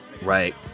right